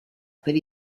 per